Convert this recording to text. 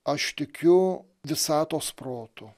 aš tikiu visatos protu